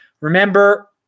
Remember